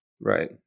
Right